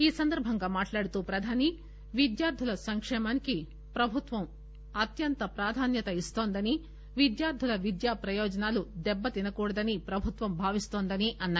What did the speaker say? ఈ సందర్బంగా మాట్లాడుతూ ప్రధాని విద్యార్ధుల సంకేమానికి ప్రభుత్వం అత్యంత ప్రాధాన్యత ఇస్తోందని విద్యార్దుల విద్యా ప్రయోజనాలు దెబ్బతినకూడదని ప్రభుత్వం భావిస్తోందని అన్నారు